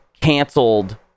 canceled